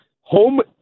Home